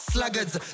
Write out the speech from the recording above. Sluggards